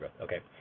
Okay